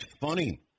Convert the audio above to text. funny